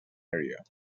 area